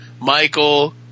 Michael